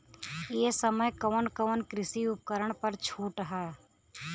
ए समय कवन कवन कृषि उपकरण पर छूट ह?